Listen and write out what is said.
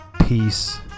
peace